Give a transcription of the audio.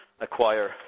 acquire